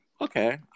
Okay